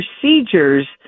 procedures